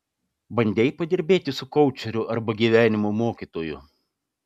bandei padirbėti su koučeriu arba gyvenimo mokytoju